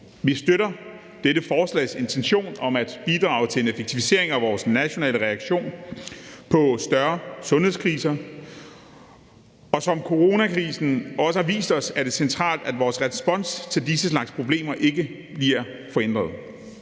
Vi støtter dette forslags intention om at bidrage til en effektivisering af vores nationale reaktion på større sundhedskriser, og som coronakrisen også har vist os, er det centralt, at vores respons til denne slags problemer ikke bliver forhindret.